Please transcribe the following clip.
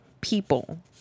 people